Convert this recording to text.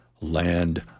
Land